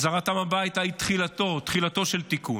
החזרתם הביתה היא תחילתו, תחילתו של תיקון.